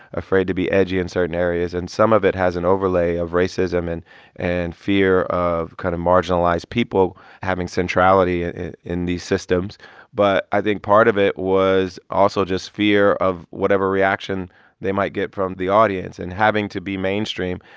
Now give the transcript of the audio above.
afraid to be edgy in certain areas. and some of it has an overlay of racism and and fear of kind of marginalized people having centrality in these systems but i think part of it was also just fear of whatever reaction they might get from the audience. and having to be mainstream,